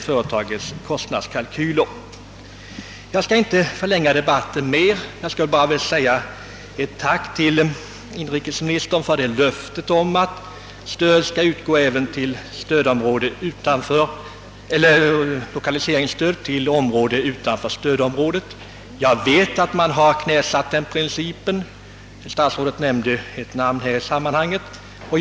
Jag skall inte ytterligare förlänga debatten utan bara uttala ett tack till inrikesministern för löftet om att lokaliseringsstöd skall utgå även till orter utanför stödområdet. Jag vet att den principen är knäsatt. Statsrådet nämnde i sammanhanget en ort som fått lokali seringsstöd.